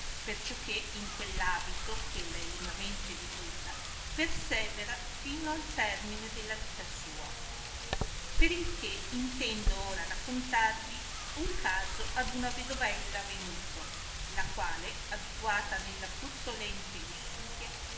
astenere perciò che in quell abito eh ella è lungamente vivuta persevera fino al termine della vita sua per il che intendo ora raccontarvi un caso ad una vedovella avenuto la quale abituata nella puzzolente lussuria